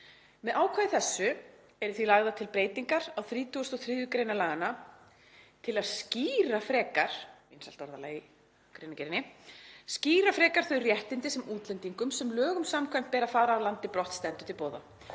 Með ákvæði þessu eru því lagðar til breytingar á 33. gr. laganna til að skýra frekar“ — vinsælt orðalag í greinargerðinni — „þau réttindi sem útlendingum, sem lögum samkvæmt ber að fara af landi brott, stendur til boða.